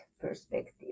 perspective